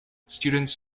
students